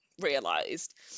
realized